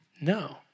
No